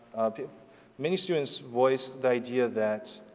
many students voiced the idea that